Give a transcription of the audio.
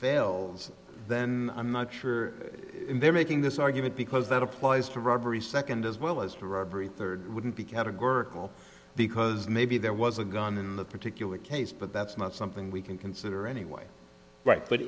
fails then i'm not sure they're making this argument because that applies to robbery second as well as for robbery third wouldn't be categorical because maybe there was a gun in the particular case but that's not something we can consider anyway right but